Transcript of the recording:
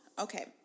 Okay